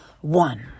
One